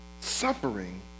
suffering